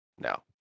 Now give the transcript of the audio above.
No